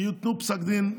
ייתנו פסק דין,